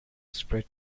spread